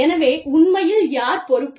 எனவே உண்மையில் யார் பொறுப்பு